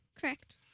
Correct